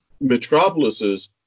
metropolises